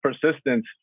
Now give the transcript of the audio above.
persistence